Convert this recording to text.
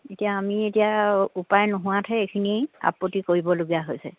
এতিয়া আমি এতিয়া উপায় নোহোৱাতহে এইখিনি আপত্তি কৰিবলগীয়া হৈছে